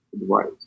advice